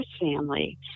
family